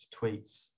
tweets